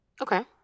Okay